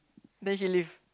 then she leave